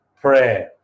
pray